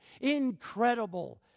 Incredible